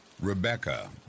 Rebecca